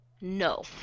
no